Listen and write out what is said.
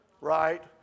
right